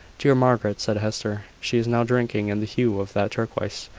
dear margaret! said hester. she is now drinking in the hue of that turquoise,